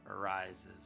arises